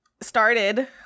started